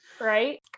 Right